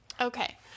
Okay